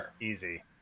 easy